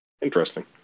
Interesting